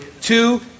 Two